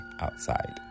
outside